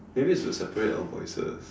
maybe it's to separate our voices